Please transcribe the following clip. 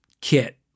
kit